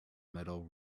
metal